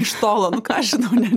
iš tolo nu ką aš žinau ne